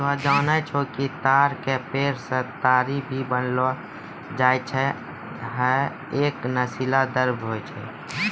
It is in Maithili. तोहं जानै छौ कि ताड़ के पेड़ सॅ ताड़ी भी बनैलो जाय छै, है एक नशीला द्रव्य होय छै